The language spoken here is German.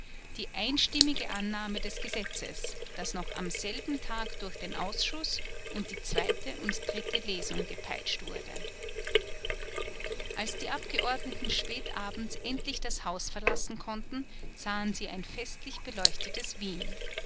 die einstimmige annahme des gesetzes das noch am selben tag durch den ausschuß und die zweite und dritte lesung gepeitscht wurde als die abgeordneten spät abends endlich das haus verlassen konnten sahen sie ein festlich beleuchtetes wien